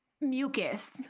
Mucus